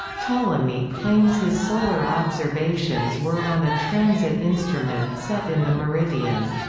ptolemy claims his solar observations were on a transit instrument set in the meridian.